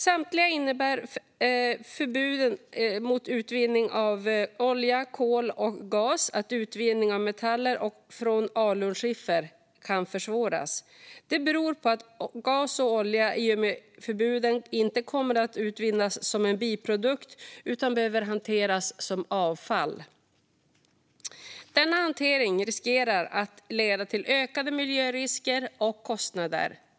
Samtidigt innebär förbuden mot utvinning av olja, kol och gas att utvinning av metaller från alunskiffer kan försvåras. Det beror på att gas och olja i och med förbuden inte kommer att utvinnas som en biprodukt utan behöver hanteras som avfall. Denna hantering riskerar att leda till ökade miljörisker och kostnader.